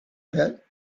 pit